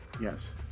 Yes